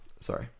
sorry